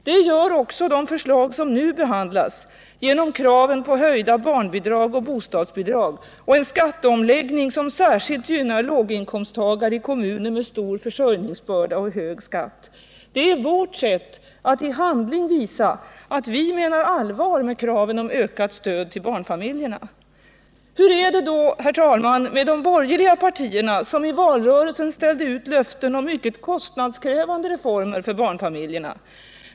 Det gör också det förslag som nu behandlas, genom kraven på höjda barnbidrag och bostadsbidrag och en skatteomläggning som särskilt gynnar inkomsttagare i kommuner med stor försörjningsbörda och hög skatt. Det är vårt sätt att i handling visa att vi menar allvar med kraven på ökat stöd till barnfamiljerna. Hur är det då, herr talman, med de borgerliga partierna som i valrörelsen ställde ut löften om mycket kostnadskrävande reformer för barnfamiljerna?